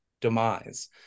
demise